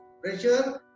pressure